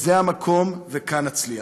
וזה המקום, וכאן נצליח.